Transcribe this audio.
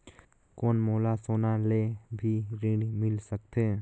कौन मोला सोना ले भी ऋण मिल सकथे?